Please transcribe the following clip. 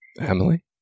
Emily